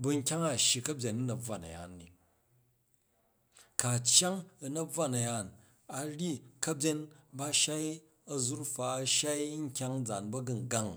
bu nkyang a shyi ka̱byen u na̱bnvwa na̱yaan ni, ku a cyang u na̱bvwa na̱yaan a nu ryyi ka̱byen ba n shai azurfa a shal nkyang nzaan ba̱gungang.